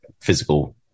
physical